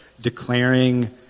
declaring